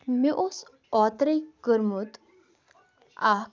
مےٚ اوس اوترے کوٚرمُت اکھ